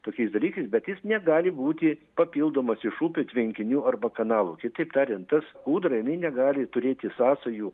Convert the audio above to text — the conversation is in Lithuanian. tokiais dalykais bet jis negali būti papildomas iš upių tvenkinių arba kanalų kitaip tariant tas kūdra jinai negali turėti sąsajų